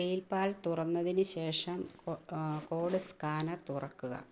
പേയ് പാൽ തുറന്നതിനു ശേഷം കോഡ് സ്കാനർ തുറക്കുക